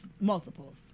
multiples